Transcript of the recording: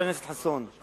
חבר הכנסת חסון,